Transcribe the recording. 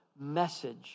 message